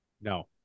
No